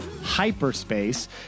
Hyperspace